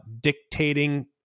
dictating